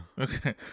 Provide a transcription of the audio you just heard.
okay